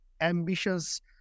ambitious